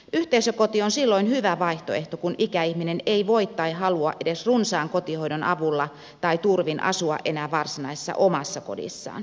yhteisökoti on hyvä vaihtoehto silloin kun ikäihminen ei voi tai halua edes runsaan kotihoidon avulla tai turvin asua enää varsinaisessa omassa kodissaan